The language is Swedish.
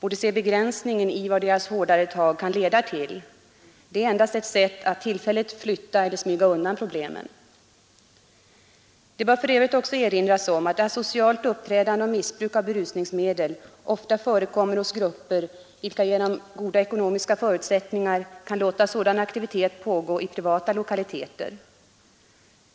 borde se begränsningen i vad deras hårdare tag kan leda till — det är endast ett sätt att tillfälligt flytta eller smyga undan problemen. Det bör för övrigt också erinras om att asocialt uppträdande och missbruk av berusningsmedel ofta förekommer hos grupper, vilka genom goda ekonomiska förutsättningar kan låta sådan aktivitet pågå i privata lokaliteter.